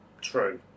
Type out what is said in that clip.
True